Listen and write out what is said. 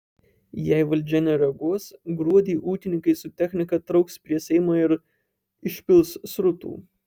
jei valdžia nereaguos gruodį ūkininkai su technika trauks prie seimo ir išpils srutų